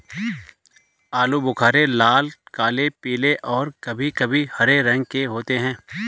आलू बुख़ारे लाल, काले, पीले और कभी कभी हरे रंग के होते हैं